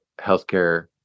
healthcare